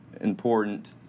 important